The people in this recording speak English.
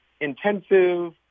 intensive